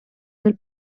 del